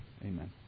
Amen